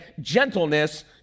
gentleness